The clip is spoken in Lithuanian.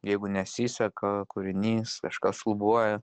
jeigu nesiseka kūrinys kažkas šlubuoja